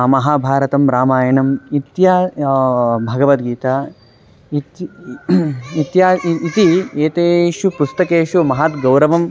महाभारतं रामायणम् इति भगवद्गीता इति इत्यादि इति एतेषु पुस्तकेषु महत् गौरवं